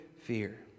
fear